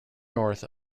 north